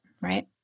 right